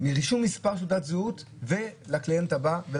ברישום מספר תעודת זהות ולקליינט הבא.